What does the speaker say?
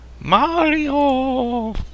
Mario